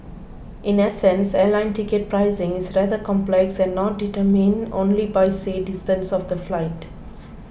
in essence airline ticket pricing is rather complex and not determined only by say distance of the flight